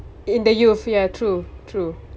in the youth ya true true